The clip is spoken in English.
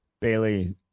Bailey